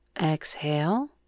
exhale